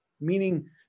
meaning